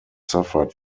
suffered